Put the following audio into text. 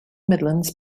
midlands